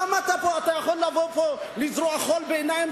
למה אתה יכול לבוא לפה לזרות חול בעיניים